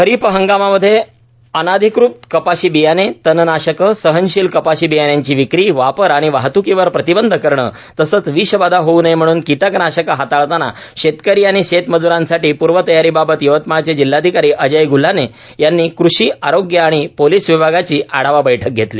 खरीप हंगामामध्ये अनधिकृत कपाशी बियाणे तणनाशकए सहनशील कपाशी बियाणांची विक्रीए वापर आणि वाहत्कीवर प्रतिबंध करणं तसंच विषबाधा होऊ नये म्हणून किटकनाशक हाताळतांना शेतकरी आणि शेतमज्रांसाठी पूर्वतयारीबाबत यवतमाळचे जिल्हाधिकारी अजय ग्ल्हाने यांनी कृषीए आरोग्य आणि पोलिस विभागाची आढावा बैठक घेतली